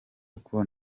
uko